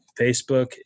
Facebook